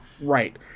Right